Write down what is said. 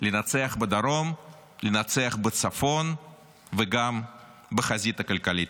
לנצח בדרום, לנצח בצפון וגם בחזית הכלכלית.